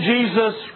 Jesus